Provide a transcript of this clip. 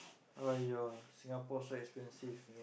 !aiya! Singapore so expensive